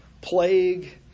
plague